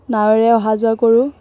নাৱেৰে অহা যোৱা কৰোঁ